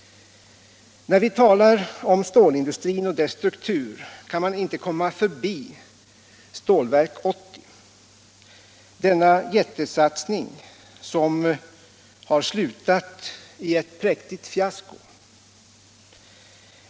När vi talar om stålindustrin och dess struktur kan vi inte komma förbi Stålverk 80, denna jättesatsning som har slutat i ett präktigt fiasko.